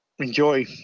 Enjoy